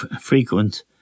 frequent